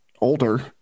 older